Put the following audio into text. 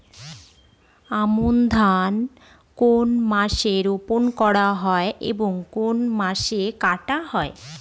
আমন ধান কোন মাসে রোপণ করা হয় এবং কোন মাসে কাটা হয়?